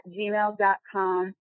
gmail.com